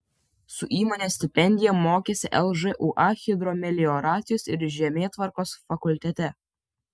su įmonės stipendija mokėsi lžūa hidromelioracijos ir žemėtvarkos fakultete